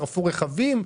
שרפו רכבים,